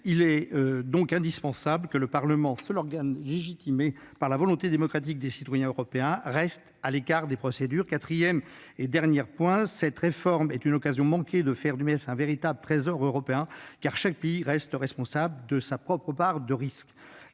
il est impensable que le Parlement européen, seul organe tirant sa légitimité de la volonté démocratique des citoyens européens, reste à l'écart des procédures. Quatrièmement, cette réforme est une occasion manquée de faire du MES un véritable « Trésor européen », car chaque pays ne reste responsable que de sa propre part de risque.